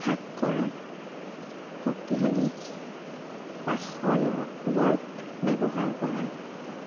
হাক কৰা শক্তিশালী পাশয়ৱৰ্ড ব্যৱহাৰ কৰা